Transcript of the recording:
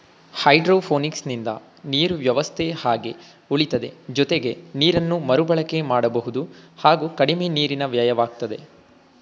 ಹೈಡ್ರೋಪೋನಿಕ್ಸಿಂದ ನೀರು ವ್ಯವಸ್ಥೆ ಹಾಗೆ ಉಳಿತದೆ ಜೊತೆಗೆ ನೀರನ್ನು ಮರುಬಳಕೆ ಮಾಡಬಹುದು ಹಾಗೂ ಕಡಿಮೆ ನೀರಿನ ವ್ಯಯವಾಗ್ತದೆ